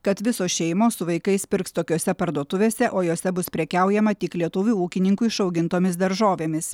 kad visos šeimos su vaikais pirks tokiose parduotuvėse o jose bus prekiaujama tik lietuvių ūkininkų išaugintomis daržovėmis